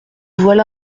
voilà